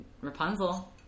Rapunzel